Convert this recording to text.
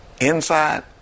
inside